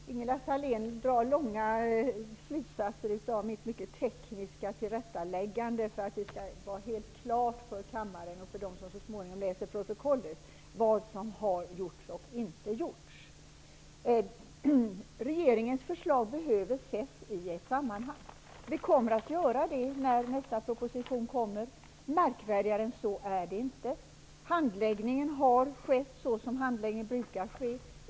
Herr talman! Ingela Thalén drar långtgående slutsatser av mitt mycket tekniska tillrättaläggande, som jag gjorde för att det skall stå helt klart för kammaren och för dem som så småningom läser protokollet vad som har gjorts och inte gjorts. Regeringens förslag behöver ses i ett sammanhang. Det kan det göra när nästa proposition kommer. Märkvärdigare än så är det inte. Handläggningen har skett såsom handläggningen brukar ske.